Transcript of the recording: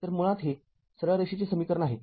तर मुळात हे सरळ रेषेचे समीकरण आहे